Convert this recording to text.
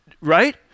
Right